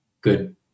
good